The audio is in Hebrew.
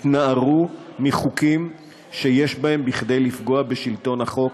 התנערו מחוקים שיש בהם כדי לפגוע בשלטון החוק,